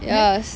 yes